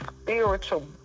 spiritual